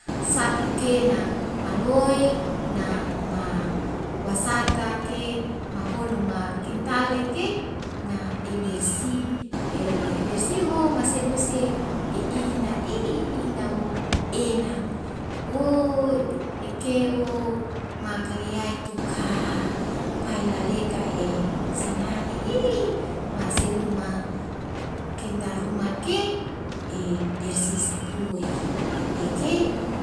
Sapukena maloi na ma wasata ke mahono ma kintale ke na ebersi ewewe ebersi ho maselusi e e'inda i inda o enak o eke'o makaliae tuka pai laleka e sinange i maseluma kintal ruma ke e bersi sepue i e ke